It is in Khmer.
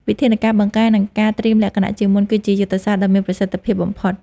វិធានការបង្ការ និងការត្រៀមលក្ខណៈជាមុន គឺជាយុទ្ធសាស្ត្រដ៏មានប្រសិទ្ធភាពបំផុត។